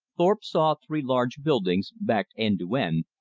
thorpe saw three large buildings, backed end to end,